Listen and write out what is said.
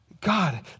God